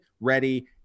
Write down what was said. ready